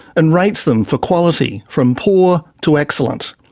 and rates them for quality from poor to excellent.